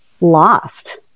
lost